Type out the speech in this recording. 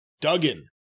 Duggan